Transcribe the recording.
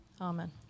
Amen